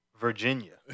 Virginia